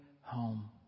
home